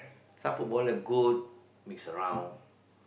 some footballer good mix around